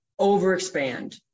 overexpand